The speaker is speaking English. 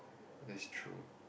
that's true